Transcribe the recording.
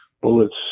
bullets